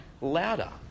louder